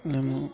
ହେଲେ ମୁଁ